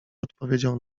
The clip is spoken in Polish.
odpowiedział